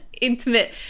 intimate